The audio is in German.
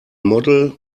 model